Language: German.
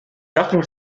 sachen